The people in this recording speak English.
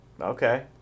Okay